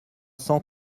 cent